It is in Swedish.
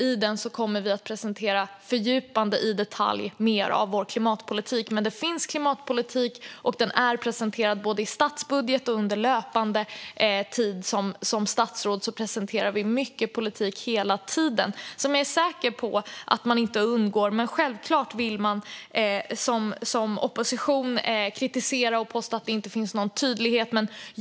I den kommer vi fördjupat och i detalj att presentera mer av vår klimatpolitik. Men det finns klimatpolitik, och den är presenterad både i statsbudgeten och löpande. Vi presenterar mycket politik hela tiden som jag är säker på att man inte undgår, men självklart vill man som opposition kritisera och påstå att det inte finns någon tydlighet.